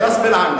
"ראס בין ענכ".